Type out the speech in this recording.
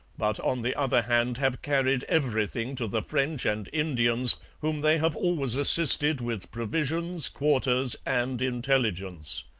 but on the other hand have carried everything to the french and indians whom they have always assisted with provisions, quarters, and intelligence.